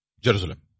Jerusalem